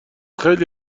خیلی